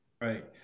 Right